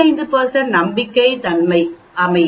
95 நம்பகத்தன்மை அமைய 24